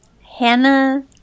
Hannah